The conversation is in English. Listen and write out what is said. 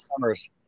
Summers